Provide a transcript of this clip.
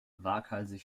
waghalsig